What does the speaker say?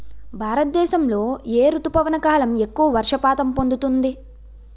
భారతదేశంలో ఏ రుతుపవన కాలం ఎక్కువ వర్షపాతం పొందుతుంది?